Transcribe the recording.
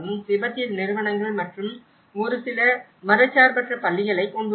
திபெத்திய நிறுவனங்கள் மற்றும் ஒரு சில மதச்சார்பற்ற பள்ளிகளைக் கொண்டுள்ளனர்